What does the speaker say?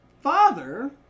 father